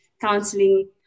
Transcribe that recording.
counseling